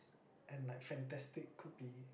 and like fantastic could be